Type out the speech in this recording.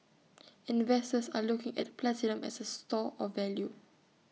investors are looking at platinum as A store of value